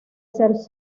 sus